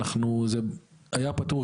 זה היה פטור,